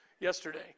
yesterday